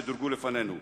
שדורגו לפנינו.